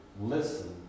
listen